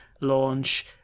launch